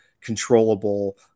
controllable